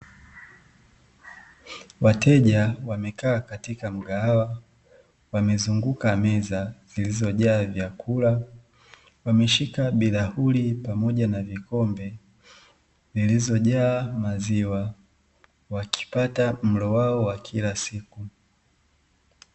Wateja wamekaa katika mgahawa wamezunguka meza zilizojaa vyakula, wameshika bilauli pamoja na vikombe zilizojaa maziwa wakipata mlo wao wa kila siku.